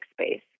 space